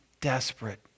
desperate